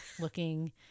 looking